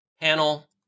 panel